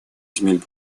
земель